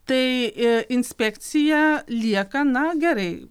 tai inspekcija lieka na gerai